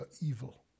evil